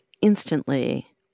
instantly